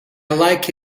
like